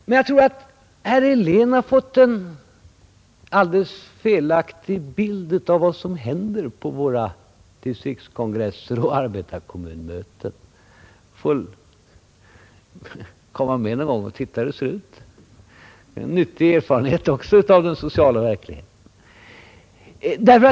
Men jag tror att herr Helén har fått en alldeles felaktig bild av vad som händer på våra distriktskongresser och arbetarkommunmöten. Han får väl komma med någon gång och se hur det går till. Det är också en nyttig erfarenhet av den sociala verkligheten.